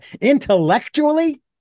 intellectually